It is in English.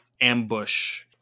ambush